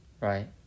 Right